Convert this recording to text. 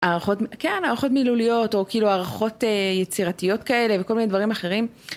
הערכות מילוליות או כאילו הערכות יצירתיות כאלה וכל מיני דברים אחרים.